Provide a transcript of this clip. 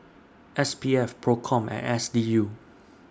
S P F PROCOM and S D U